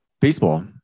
Baseball